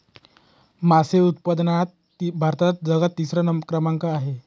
मासे उत्पादनात भारताचा जगात तिसरा क्रमांक आहे